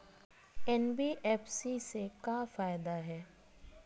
NBFC से का फ़ायदा हे?